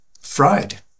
fried